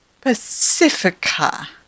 Pacifica